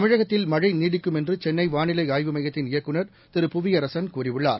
தமிழகத்தில் மழைநீடிக்கும் என்றுசென்னைவாளிலைஆய்வு மையத்தின் இயக்குநர் திரு புவியரசன் கூறியுள்ளார்